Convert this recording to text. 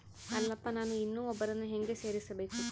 ಅಲ್ಲಪ್ಪ ನಾನು ಇನ್ನೂ ಒಬ್ಬರನ್ನ ಹೇಗೆ ಸೇರಿಸಬೇಕು?